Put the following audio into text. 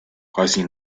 quasi